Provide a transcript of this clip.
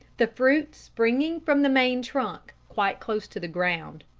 the fruit springing from the main trunk, quite close to the ground.